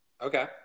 Okay